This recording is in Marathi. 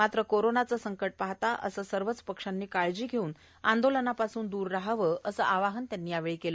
मात्र कोरोनाचे संकट पाहता असे सर्वच पक्षांनी काळजी घेऊन आंदोलनापासून दूर रहावे असे आवाहनही त्यांनी यावेळी केले